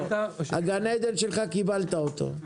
הגן עדן שלך קיבלת אותו.